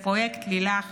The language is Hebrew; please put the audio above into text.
לפרויקט לילך